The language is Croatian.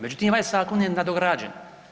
Međutim, ovaj zakon je nadograđen.